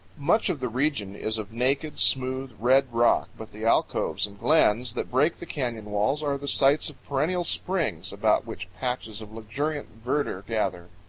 much of the region is of naked, smooth, red rock, but the alcoves and glens that break the canyon walls are the sites of perennial springs, about which patches of luxuriant verdure gather.